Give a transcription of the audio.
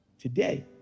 Today